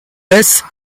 messes